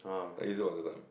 I use it all the time